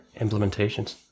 implementations